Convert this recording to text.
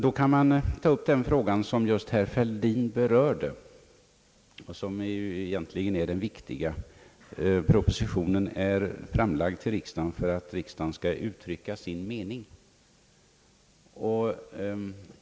Då kan man ta upp den fråga som herr Fälldin berörde och som egentligen är den viktiga. Propositionen är framlagd för riksdagen för att riksdagen skall uttrycka sin mening.